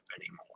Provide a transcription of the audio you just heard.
anymore